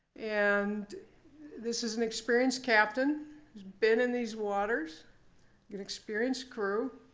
and this is an experienced captain who's been in these waters an experienced crew.